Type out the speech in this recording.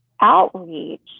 outreach